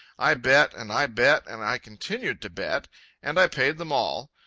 i bet, and i bet, and i continued to bet and i paid them all.